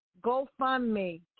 GoFundMe